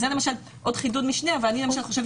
אז זה עוד חידוד משנה אבל אני חושבת